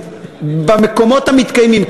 במקומות המתקיימים,